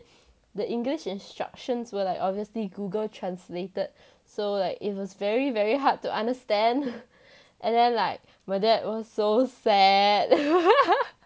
the english instructions were like obviously google translated so like it was very very hard to understandand then like my dad was so sad